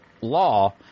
law